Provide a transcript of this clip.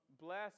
Bless